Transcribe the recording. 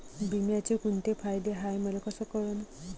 बिम्याचे कुंते फायदे हाय मले कस कळन?